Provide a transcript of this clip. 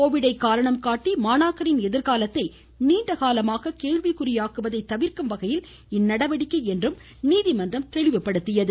கோவிட்டை காரணம் காட்டி மாணாக்கரின் எதிர்காலத்தை நீண்ட காலமாக கேள்விக்குறியாக்குவதை தவிர்க்கும் வகையில் இந்நடவடிக்கை என்று நீதிமன்றம் தெரிவித்தது